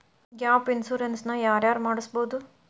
Gap insurance ನ ಯಾರ್ ಯಾರ್ ಮಡ್ಸ್ಬೊದು?